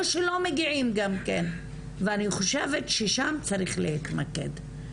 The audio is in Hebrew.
או שלא מגיעים גם כן ואני חושבת ששם צריך להתמקד,